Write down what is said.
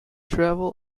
travel